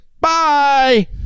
bye